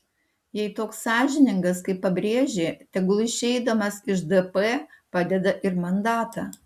jei toks sąžiningas kaip pabrėžė tegul išeidamas iš dp padeda ir mandatą